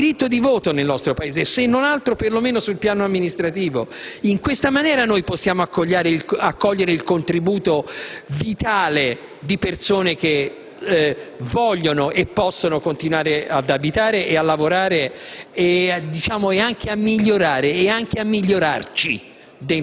ha diritto di voto nel nostro Paese, se non altro, per lo meno sul piano amministrativo. In questa maniera, possiamo accogliere il contributo vitale di persone che vogliono e possono continuare ad abitare e a lavorare, e anche a migliorare e a migliorarci,